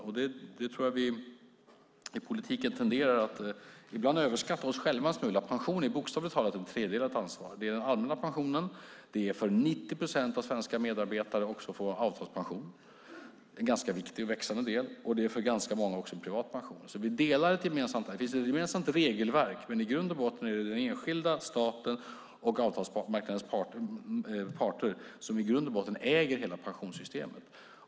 Jag tror att vi i politiken ibland tenderar att överskatta oss själva en smula. Pension är bokstavligt talat ett tredelat ansvar. Det är den allmänna pensionen. Det är för 90 procent av svenska medarbetare avtalspension, en ganska viktig och växande del. Och det är för ganska många också en privat pension. Det finns ett gemensamt regelverk, men i grund och botten är det den enskilda, staten och arbetsmarknadens parter som äger hela pensionssystemet.